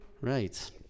Right